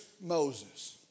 Moses